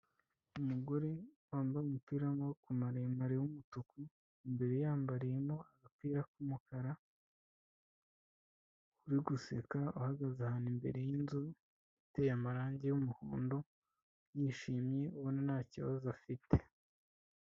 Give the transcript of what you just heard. Umugore wambaye umupira w'amaboko maremare wumutuku imbere yambariyemo agapira k'umukara, uri guseka uhagaze ahantu imbere y'inzu iteye amarangi y'umuhondo yishimye ubona nta kibazo afite.